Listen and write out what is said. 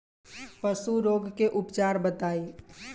पशु रोग के उपचार बताई?